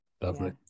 lovely